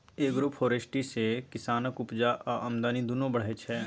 agroforestry सँ किसानक उपजा आ आमदनी दुनु बढ़य छै